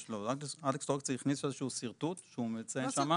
אלכס טורצקי הכניס שרטוט שהוא מציין שם.